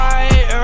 Right